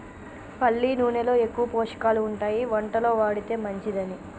పల్లి నూనెలో ఎక్కువ పోషకాలు ఉంటాయి వంటలో వాడితే మంచిదని